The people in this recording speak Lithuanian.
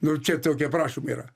nu čia tokie aprašymai yra